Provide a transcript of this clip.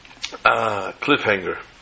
cliffhanger